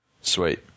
Sweet